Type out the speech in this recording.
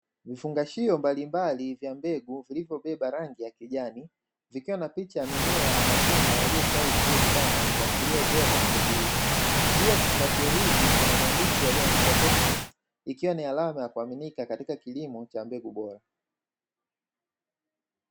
Vifungashio mbalimbali vya mbegu vilivyobeba rangi ya kijani, vikiwa na picha ya mimea na matunda yaliyostawi vizuri sana yakiashiria ubora wa mbegu hizi, juu ya vifungashio hivi kuna maandishi yaliyoandikwa "TECHNISEM" ikiwa ni alama ya kuaminika katika kilimo cha mbegu bora.